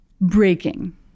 breaking